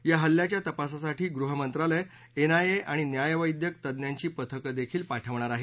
या हल्ल्याच्या तपासासाठी गृहमंत्रालय एनआयए आणि न्यायवैद्यक तज्ञांची पथकं देखील पाठवणार आहे